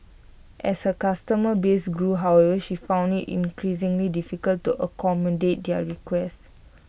as her customer base grew however she found IT increasingly difficult to accommodate their requests